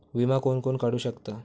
विमा कोण कोण काढू शकता?